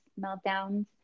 meltdowns